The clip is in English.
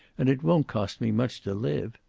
and it won't cost me much to live.